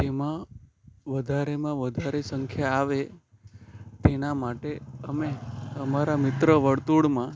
તેમાં વધારેમાં વધારે સંખ્યા આવે તેના માટે અમે અમારાં મિત્ર વર્તુળમાં